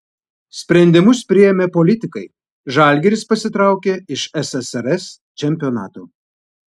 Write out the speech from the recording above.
sprendimus priėmė politikai žalgiris pasitraukė iš ssrs čempionato